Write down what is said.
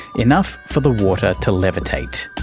enough for the water to levitate.